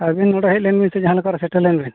ᱟᱹᱵᱤᱱ ᱱᱚᱰᱮ ᱦᱮᱡ ᱞᱮᱱ ᱵᱮᱱ ᱥᱮ ᱡᱟᱦᱟᱸ ᱞᱮᱠᱟᱨᱮ ᱥᱮᱴᱮᱨ ᱞᱮᱱ ᱵᱤᱱ